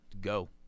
go